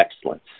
excellence